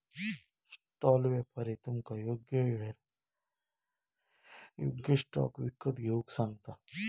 stall व्यापारी तुमका योग्य येळेर योग्य स्टॉक विकत घेऊक सांगता